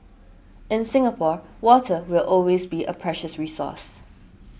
in Singapore water will always be a precious resource